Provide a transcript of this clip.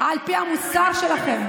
על פי המוסר שלכם.